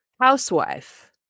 housewife